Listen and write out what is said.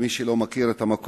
למי שלא מכיר את המקום,